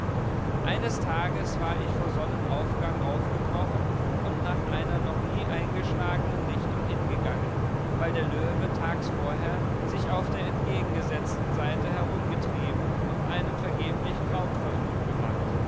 eines tages war ich vor sonnenaufgang aufgebrochen und nach einer noch nie eingeschlagenen richtung hingegangen weil der löwe tags vorher sich auf der entgegengesetzten seite herumgetrieben und einen vergeblichen raubversuch gemacht